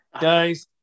Guys